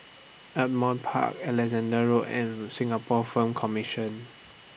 Ardmore Park Alexandra Road and Singapore Film Commission